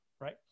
right